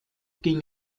ging